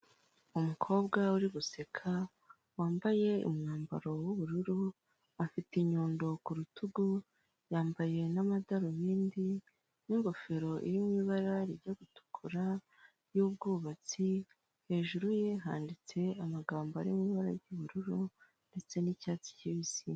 Umukobwa uri guseka wambaye umwambaro w'ubururu, afite inyundo ku rutugu, yambaye n'amadarubindi n'ingofero iri mu ibara rijya gutukura y'ubwubatsi, hejuru ye handitse amagambo ari mu ibara ry'ubururu ndetse n'icyatsi kibisi.